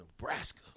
Nebraska